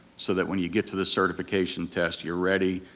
so that when you get to the certification test you're ready,